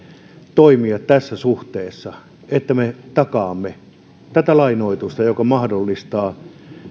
toimia tässä suhteessa että me takaamme tätä lainoitusta joka mahdollistaa